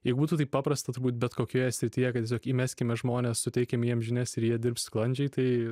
jeigu būtų taip paprasta turbūt bet kokioje srityje kad tiesiog įmeskime žmones suteikime jiems žinias ir jie dirbs sklandžiai tai